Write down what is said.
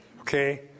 Okay